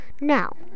now